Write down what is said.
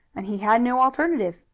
and he had no alternative.